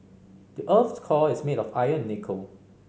the earth's core is made of iron and nickel